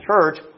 church